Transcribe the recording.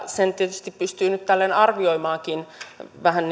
sen tietysti pystyy nyt tälleen arvioimaankin vähän